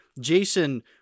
Jason